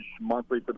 monthly